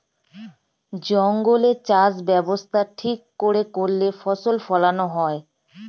জঙ্গলে চাষ ব্যবস্থা ঠিক করে করলে ফসল ফোলানো হয়